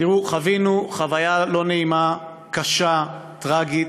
תראו, חווינו חוויה לא נעימה, קשה, טרגית,